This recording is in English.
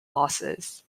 losses